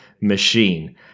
machine